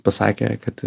pasakė kad